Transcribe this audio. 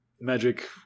magic